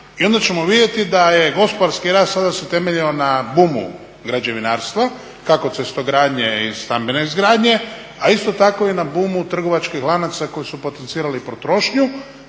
i onda ćemo vidjeti da je gospodarski rast tada se temeljio na boomu građevinarstva, kako cestogradnje i stambene izgradnje, a isto tako i na boomu trgovačkih lanaca koji su potencirali potrošnju.